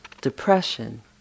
depression